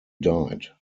died